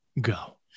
go